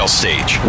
stage